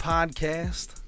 Podcast